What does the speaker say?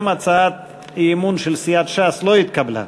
גם הצעת האי-אמון של סיעת ש"ס לא התקבלה.